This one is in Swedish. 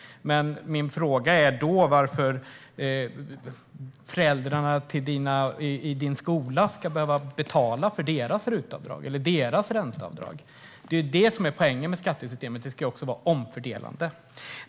Men min fråga är då varför föräldrarna till barnen i din skola ska behöva betala för deras RUT-avdrag eller för deras ränteavdrag. Poängen med skattesystemet är att det också ska vara omfördelande.